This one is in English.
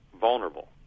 vulnerable